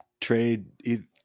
trade